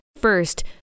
first